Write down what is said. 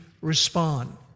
respond